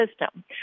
system